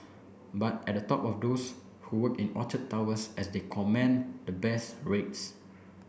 but at the top are those who work in Orchard Towers as they comment the best rates